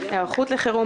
היערכות לחירום,